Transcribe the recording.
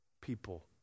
people